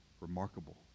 remarkable